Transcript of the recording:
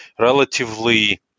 relatively